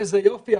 איזה יופי.